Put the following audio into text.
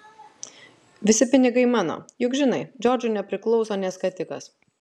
visi pinigai mano juk žinai džordžui nepriklauso nė skatikas